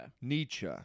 Nietzsche